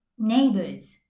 Neighbors